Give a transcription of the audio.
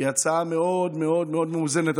היא הצעה מאוד מאוד מאוד מאוזנת.